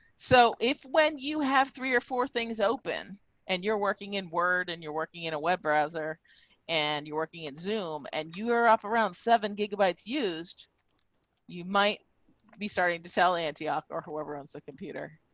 so if when you have three or four things open and you're working in word and you're working in a web browser and you're working at zoom and you are up around seven gigabytes used you might be starting to sell antioch, or whoever owns the computer,